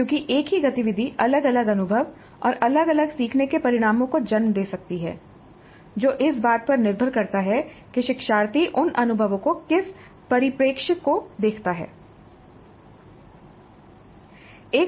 क्योंकि एक ही गतिविधि अलग अलग अनुभव और अलग अलग सीखने के परिणामों को जन्म दे सकती है जो इस बात पर निर्भर करता है कि शिक्षार्थी उन अनुभवों को किस परिप्रेक्ष्य में देखता है